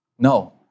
No